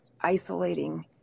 isolating